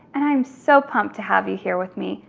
and i'm so pumped to have you here with me.